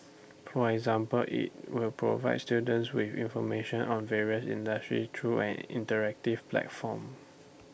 for example IT will provides students with information on the various industries through an interactive platform